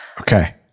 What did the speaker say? okay